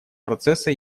процесса